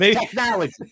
technology